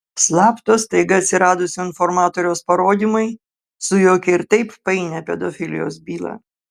slapto staiga atsiradusio informatoriaus parodymai sujaukė ir taip painią pedofilijos bylą